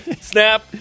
Snap